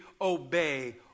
obey